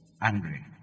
angry